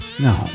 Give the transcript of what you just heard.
no